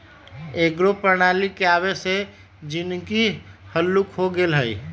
एकेगो प्रणाली के आबे से जीनगी हल्लुक हो गेल हइ